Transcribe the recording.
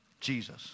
Jesus